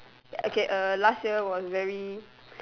okay uh last year was very